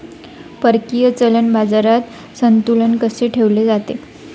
परकीय चलन बाजारात संतुलन कसे ठेवले जाते?